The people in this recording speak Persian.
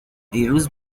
دیروز